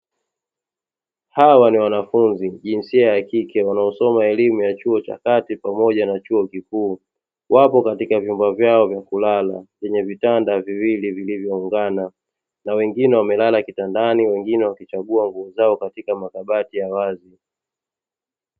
Hawa ni wanafunzi jinsia ya kike wanaosoma elimu ya chuo cha kati pamoja na chuo kikuu. Wapo katika vyumba vyao vya kulala vyenye vitanda viwili vilivyoungana na wengine wamelala kitandani, wengine wakichagua nguo zao katika makabati ya wazi.